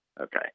Okay